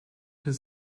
his